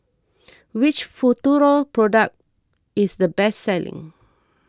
which Futuro product is the best selling